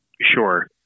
Sure